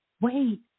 wait